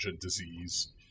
disease